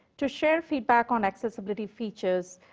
to share feedback on accessibility features,